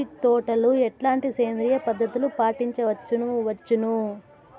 మామిడి తోటలో ఎట్లాంటి సేంద్రియ పద్ధతులు పాటించవచ్చును వచ్చును?